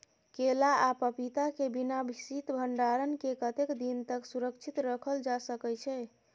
केला आ पपीता के बिना शीत भंडारण के कतेक दिन तक सुरक्षित रखल जा सकै छै?